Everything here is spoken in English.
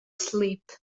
sleep